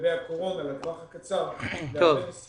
לגבי הקורונה לטווח הקצר --- ולטווח